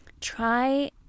try